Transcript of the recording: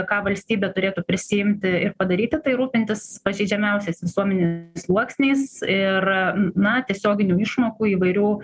ką valstybė turėtų prisiimti ir padaryti tai rūpintis pažeidžiamiausiais visuomenės sluoksniais ir na tiesioginių išmokų įvairių